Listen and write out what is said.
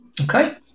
Okay